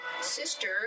sister